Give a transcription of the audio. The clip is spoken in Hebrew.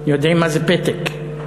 יודעים מה זה פתק.